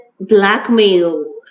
blackmail